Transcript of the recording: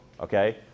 okay